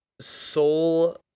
soul